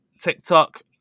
TikTok